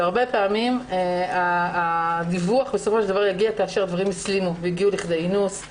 הרבה פעמים הדיווח יגיע כאשר הדברים הסלימו והגיעו לכדי אינוס,